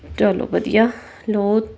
ਚੱਲੋ ਵਧੀਆ ਲਓ